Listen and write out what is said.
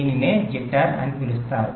దీనినే జిట్టర్ అని అంటారు